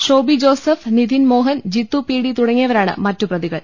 Shobi Joseph Nidhin Mohan Jithu P D തുടങ്ങിയവരാണ് മറ്റു പ്രതികൾ